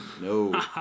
no